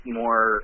more